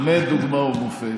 באמת דוגמה ומופת.